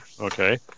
okay